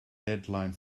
deadline